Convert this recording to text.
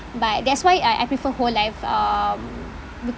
but that's why uh I prefer whole life um